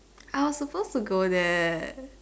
I was supposed to go there